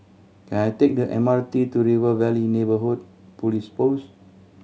can I take the M R T to River Valley Neighbourhood Police Post